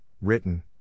written